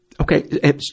Okay